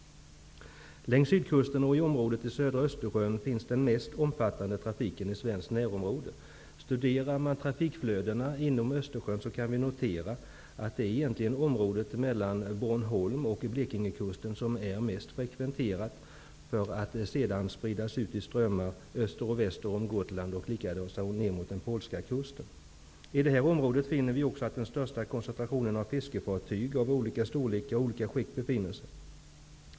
Längst sydkusten och i området i södra Östersjön finns den mest omfattande trafiken i det svenska närområdet. Vid en studie av trafikflödena i Östersjön går det att notera att det egentligen är området mellan Bornholm och Blekingekusten som är mest frekventerad, för att sedan spridas ut i strömmar öster och väster om Gotland och likaså ner mot den polska kusten. I detta område finns också den största koncentrationen av fiskefartyg i olika storlekar och skick.